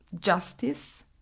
justice